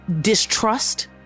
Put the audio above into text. distrust